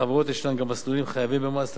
לחברות ישנם גם מסלולים חייבים במס,